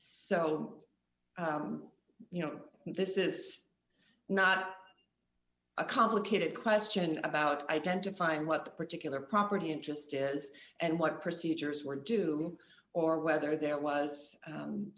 so you know this is not a complicated question about identifying what the particular property interest is and what procedures were due or whether there was